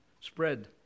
spread